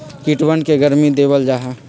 कीटवन के गर्मी देवल जाहई